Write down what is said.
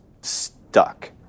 stuck